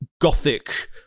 gothic